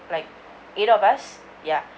like eight of us ya